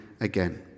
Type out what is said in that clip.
again